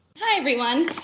hi, everyone.